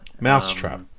Mousetrap